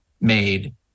made